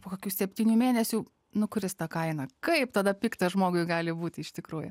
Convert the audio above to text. po kokių septynių mėnesių nukris ta kaina kaip tada pikta žmogui gali būti iš tikrųjų